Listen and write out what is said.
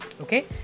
okay